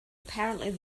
apparently